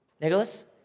nicholas